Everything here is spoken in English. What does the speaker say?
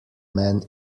man